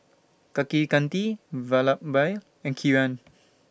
Kaneganti Vallabhbhai and Kiran